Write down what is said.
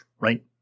Right